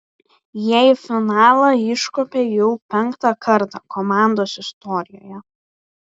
jie į finalą iškopė jau penktą kartą komandos istorijoje